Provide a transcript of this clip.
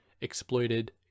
exploited